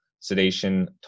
Sedation